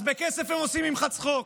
אז בכסף הם עושים ממך צחוק,